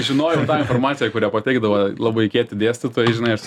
žinojau tą informaciją kurią pateikdavo labai kieti dėstytojai žinai aš